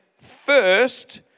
first